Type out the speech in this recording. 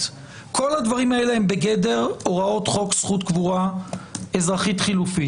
כל הדברים האלה הם בגדר הוראות חוק זכות קבורה אזרחית חלופית.